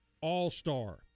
all-star